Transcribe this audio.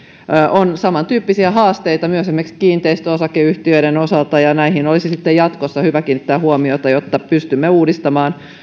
on samantyyppisiä haasteita esimerkiksi myös kiinteistöosakeyhtiöiden osalta ja näihin olisi sitten jatkossa hyvä kiinnittää huomiota jotta pystymme uudistamaan